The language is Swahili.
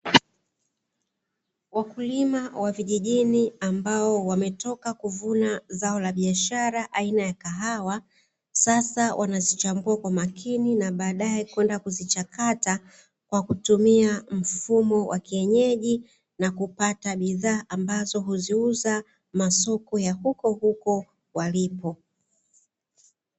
Wakulima wa vijijini ambao wametoka kuvuna zao la biashara aina ya kahawa, sasa wanazichambua kwa makini na baadaye kwenda kuzichakata, kwa kutumia mfumo wa kienyeji na kupata bidhaa ambazo huziuza masoko ya hukohuko walipo.